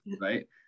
right